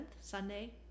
Sunday